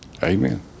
Amen